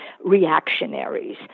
reactionaries